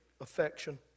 affection